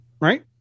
right